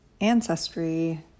ancestry